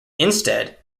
instead